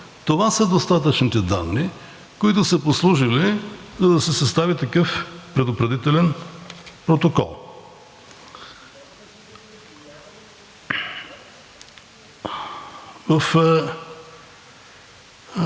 Това са достатъчните данни, които са послужили, за да се състави такъв предупредителен протокол.